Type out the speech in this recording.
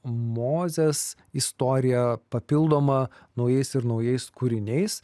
mozės istorija papildoma naujais ir naujais kūriniais